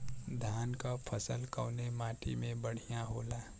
धान क फसल कवने माटी में बढ़ियां होला?